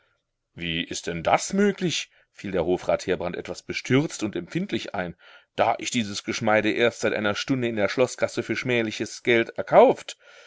wie ist denn das möglich fiel der hofrat heerbrand etwas bestürzt und empfindlich ein da ich dieses geschmeide erst seit einer stunde in der schloßgasse für schmähliches geld erkauft